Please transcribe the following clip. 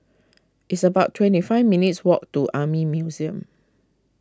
it's about twenty five minutes' walk to Army Museum